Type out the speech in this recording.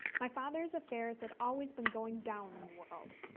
my father's affairs had always been going down in the world.